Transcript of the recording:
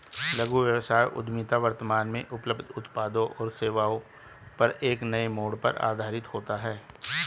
लघु व्यवसाय उद्यमिता वर्तमान में उपलब्ध उत्पादों और सेवाओं पर एक नए मोड़ पर आधारित होता है